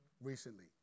recently